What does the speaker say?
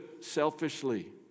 selfishly